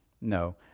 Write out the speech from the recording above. No